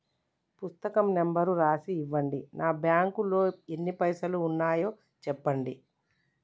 పుస్తకం నెంబరు రాసి ఇవ్వండి? నా బ్యాంకు లో ఎన్ని పైసలు ఉన్నాయో చెప్పండి?